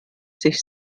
sich